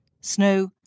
snow